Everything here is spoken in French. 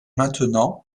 maintenant